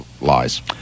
lies